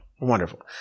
Wonderful